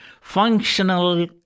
functional